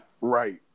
Right